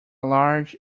large